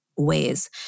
ways